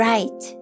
Right